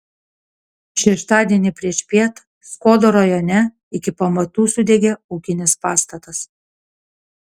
šeštadienį priešpiet skuodo rajone iki pamatų sudegė ūkinis pastatas